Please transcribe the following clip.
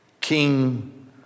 King